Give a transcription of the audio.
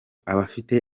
abafite